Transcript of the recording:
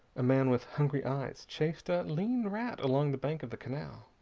a man with hungry eyes chased a lean rat along the bank of the canal.